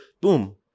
Boom